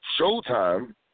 Showtime